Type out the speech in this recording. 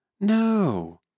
No